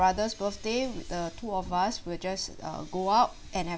brother's birthday with the two of us we'll just uh go out and have